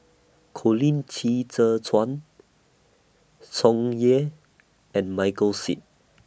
Colin Qi Zhe Quan Tsung Yeh and Michael Seet